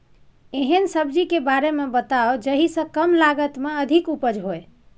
एहन सब्जी के बारे मे बताऊ जाहि सॅ कम लागत मे अधिक उपज होय?